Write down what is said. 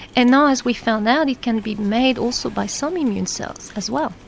and now, as we found out, it can be made also by some immune cells as well.